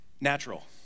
natural